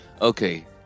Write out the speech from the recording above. Okay